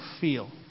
feel